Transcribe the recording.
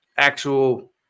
Actual